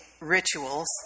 rituals